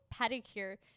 pedicure